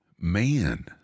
Man